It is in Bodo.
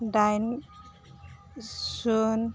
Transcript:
डाइन जुन